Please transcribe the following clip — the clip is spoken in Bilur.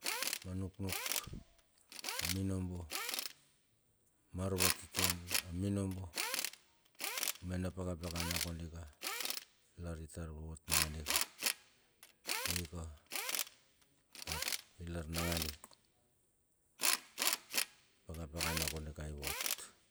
Ma nuknuk, minobo, mar va teten minobo me na paka pakara kondika ilar itar vot nakandika ika nangandi na pakapakana kandi ivot.